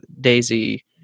daisy